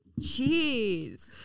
Jeez